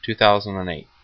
2008